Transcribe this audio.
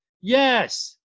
Yes